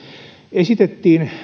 esitettiin